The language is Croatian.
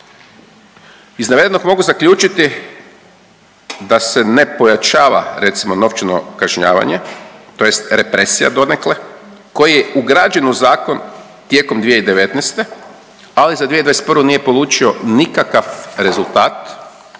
Iz navedenog mogu zaključiti da se ne pojačava recimo novčano kažnjavanje tj. represija donekle koji je ugrađen u zakon tijekom 2019., ali za 2021. nije polučio nikakav rezultat